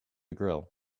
grill